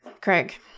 Craig